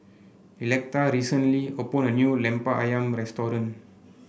Electa recently opened a new Lemper ayam restaurant